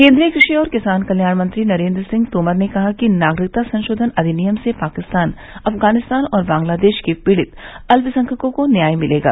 केंद्रीय कषि और किसान कल्याण मंत्री नरेंद्र सिंह तोमर ने कहा कि नागरिकता संशोधन अधिनियम से पाकिस्तान अफगानिस्तान और बांग्लादेश के पीड़ित अत्यसंख्यकों को न्याय मिलेगा